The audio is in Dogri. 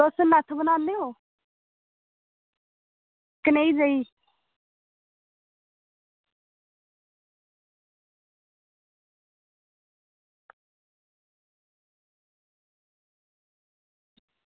तुस मैथ बनाने ओ कनेही जेही